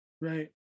right